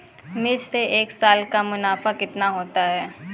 मिर्च से एक साल का मुनाफा कितना होता है?